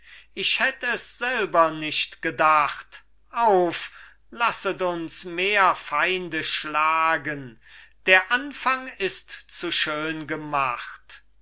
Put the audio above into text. ich hätt es selber nicht gedacht auf lasset uns mehr feinde schlagen der anfang ist zu schön gemacht